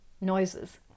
Noises